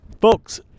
Folks